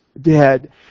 dead